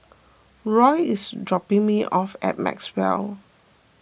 Roe is dropping me off at Maxwell